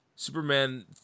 Superman